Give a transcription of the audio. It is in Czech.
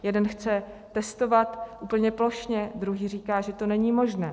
Jeden chce testovat úplně plošně, druhý říká, že to není možné.